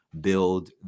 build